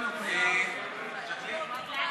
רבותיי השרים,